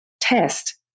test